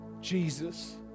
Jesus